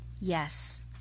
yes